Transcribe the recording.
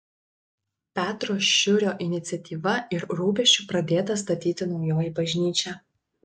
petro šiurio iniciatyva ir rūpesčiu pradėta statyti naujoji bažnyčia